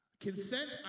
Consent